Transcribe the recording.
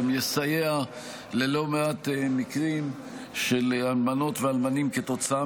גם יסייע ללא מעט מקרים של אלמנות ואלמנים כתוצאה